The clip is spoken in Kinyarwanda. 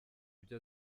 ibyo